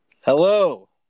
Hello